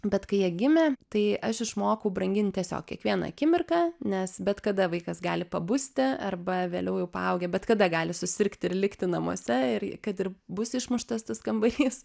bet kai jie gimė tai aš išmokau brangint tiesiog kiekvieną akimirką nes bet kada vaikas gali pabusti arba vėliau jau paaugę bet kada gali susirgti ir likti namuose ir kad ir bus išmuštas tas kambarys